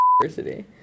University